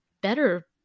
better